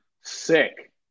Sick